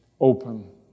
open